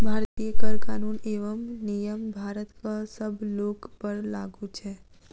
भारतीय कर कानून एवं नियम भारतक सब लोकपर लागू छै